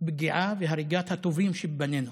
פגיעה והריגת הטובים שבבנינו.